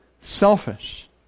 selfish